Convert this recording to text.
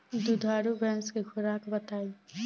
दुधारू भैंस के खुराक बताई?